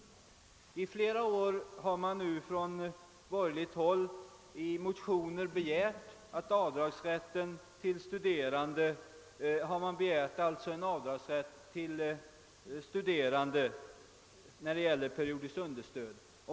Under flera år har man från borgerligt håll i motioner begärt rätt till avdrag för periodiskt understöd till studerande.